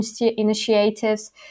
initiatives